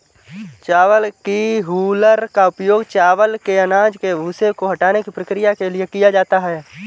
चावल की हूलर का उपयोग चावल के अनाज के भूसे को हटाने की प्रक्रिया के लिए किया जाता है